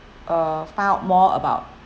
uh find out more about